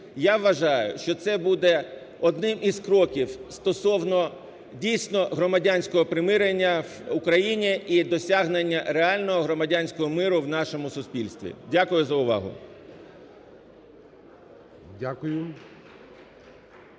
,я вважаю, що це буде одним із кроків стосовно дійсно громадянського примирення в Україні і досягнення реального громадянського миру в нашому суспільстві. Дякую за увагу.